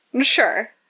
Sure